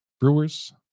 Brewers